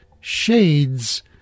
Shades